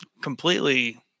completely